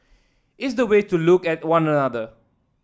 it's the way to look at one another